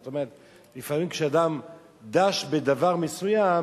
זאת אומרת, לפעמים כשאדם דש בדבר מסוים